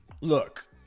Look